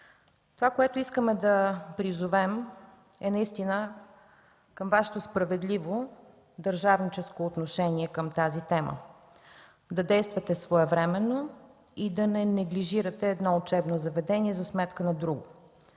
Това, което искаме да призовем, е наистина за Вашето справедливо държавническо отношение към тази тема – да действате своевременно и да не неглижирате едно учебно заведение за сметка на друго.